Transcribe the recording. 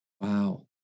Wow